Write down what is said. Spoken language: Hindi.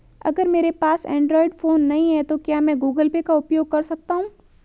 अगर मेरे पास एंड्रॉइड फोन नहीं है तो क्या मैं गूगल पे का उपयोग कर सकता हूं?